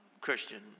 Christian